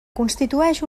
constitueix